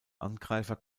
angreifer